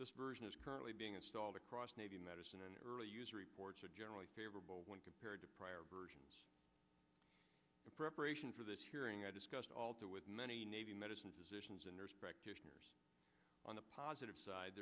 this version is currently being installed across navy medicine and early use report generally favorable when compared to prior versions of preparation for this hearing i discussed all that with many navy medicine physicians and nurse practitioners on the positive side